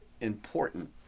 important